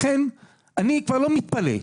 לכן, אני כבר לא מתפלא.